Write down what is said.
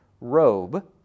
robe